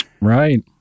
Right